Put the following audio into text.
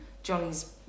Johnny's